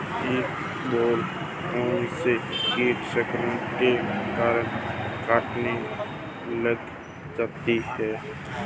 इसबगोल कौनसे कीट संक्रमण के कारण कटने लग जाती है?